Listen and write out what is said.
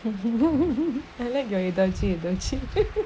I like your don't see don't see